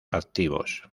activos